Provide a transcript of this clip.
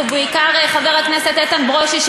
ובעיקר חבר הכנסת איתן ברושי,